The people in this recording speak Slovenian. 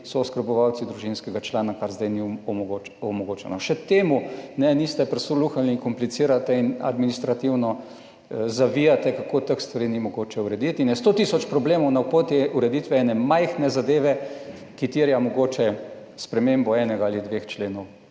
so oskrbovalci družinskega člana, kar zdaj ni omogočeno. Še temu niste prisluhnili in komplicirate in administrativno zavijate, kako teh stvari ni mogoče urediti in je 100 tisoč problemov na poti ureditve ene majhne zadeve, ki terja mogoče spremembo enega ali dveh členov